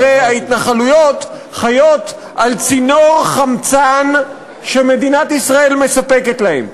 הרי ההתנחלויות חיות על צינור חמצן שמדינת ישראל מספקת להן.